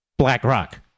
BlackRock